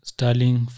Sterling